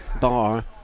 bar